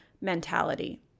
mentality